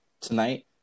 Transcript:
tonight